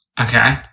Okay